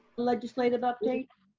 legislative update?